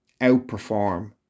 outperform